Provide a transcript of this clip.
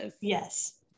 yes